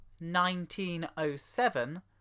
1907